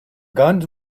guns